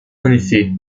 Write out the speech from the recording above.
effet